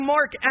Mark